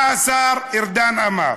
מה השר ארדן אמר?